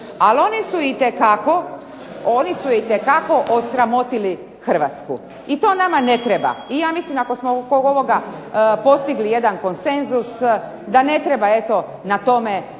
ali oni su itekako osramotili Hrvatsku. I to nama ne treba. I ja mislim ako smo oko ovoga postigli jedan konsenzus, da ne treba na tome